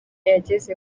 yageze